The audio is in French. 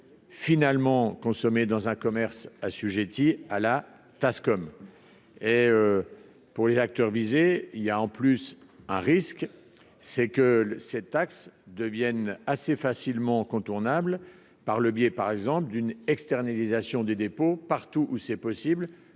finalement consommer dans un commerce assujettis à la TASCOM et pour les acteurs visés il y a en plus à risque, c'est que cette taxe devienne assez facilement contournable par le biais, par exemple d'une externalisation des dépôts partout où c'est possible,